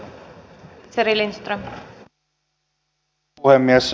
arvoisa rouva puhemies